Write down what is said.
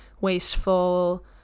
wasteful